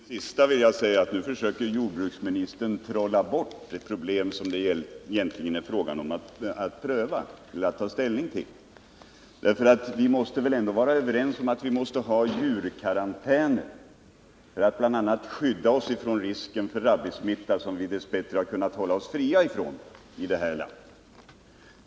Fru talman! Till det sista vill jag säga att nu försöker jordbruksministern trolla bort det problem som det egentligen är fråga om att ta ställning till. Vi kan väl ändå vara överens om att vi måste ha djurkarantäner för att bl.a. skydda oss mot risken för rabiessmitta, något som vi dess bättre har kunnat hålla oss fria ifrån i det här landet.